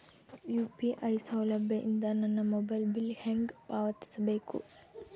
UPI ಸೌಲಭ್ಯ ಇಂದ ನನ್ನ ಮೊಬೈಲ್ ಬಿಲ್ ಹೆಂಗ್ ಪಾವತಿಸ ಬೇಕು?